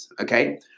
Okay